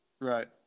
Right